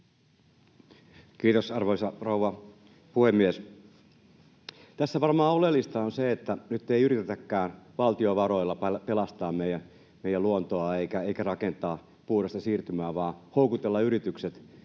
Kiitos, arvoisa rouva puhemies! Tässä varmaan oleellista on se, että nyt ei yritetäkään valtion varoilla pelastaa meidän luontoa eikä rakentaa puhdasta siirtymää vaan houkutella yritykset